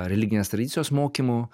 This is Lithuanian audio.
religinės tradicijos mokymų